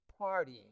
partying